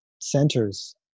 centers